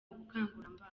ubukangurambaga